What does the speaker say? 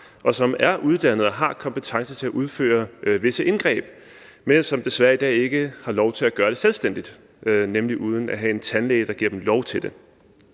og som er uddannet og har kompetencer til at udføre visse indgreb, men som desværre i dag ikke har lov til at gøre det selvstændigt, nemlig uden at have en tandlæge, der giver dem lov til det.